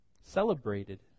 celebrated